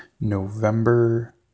November